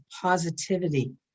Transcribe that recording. positivity